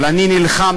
אבל אני נלחמתי.